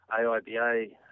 AIBA